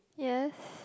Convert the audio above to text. yes